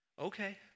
okay